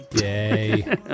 Yay